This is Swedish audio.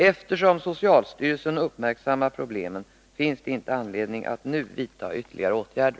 Eftersom socialstyrelsen uppmärksammar problemen, finns det inte anledning att nu vidta några ytterligare åtgärder.